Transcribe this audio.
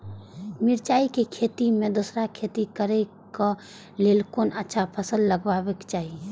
मिरचाई के खेती मे दोसर खेती करे क लेल कोन अच्छा फसल लगवाक चाहिँ?